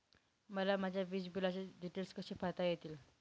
मला माझ्या वीजबिलाचे डिटेल्स कसे पाहता येतील?